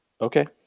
Okay